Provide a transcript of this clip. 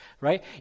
right